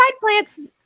plants